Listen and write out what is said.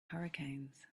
hurricanes